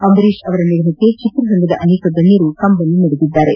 ಅಂಬರೀಶ್ ಅವರ ನಿಧನಕ್ಕೆ ಚಿತ್ರರಂಗದ ಅನೇಕ ಗಣ್ಣರು ಕಂಬನಿ ಮಿಡಿದಿದ್ದಾರೆ